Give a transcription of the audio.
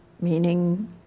meaning